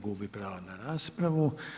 Gubi pravo na raspravu.